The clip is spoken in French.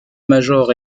major